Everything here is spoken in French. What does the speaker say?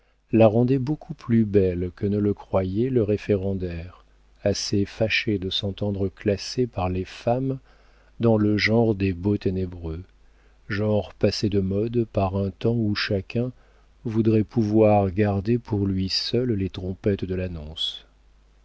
la rendaient beaucoup plus belle que ne le croyait le référendaire assez fâché de s'entendre classer par les femmes dans le genre des beaux ténébreux genre passé de mode par un temps où chacun voudrait pouvoir garder pour lui seul les trompettes de l'annonce